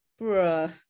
Bruh